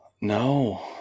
No